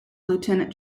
lieutenant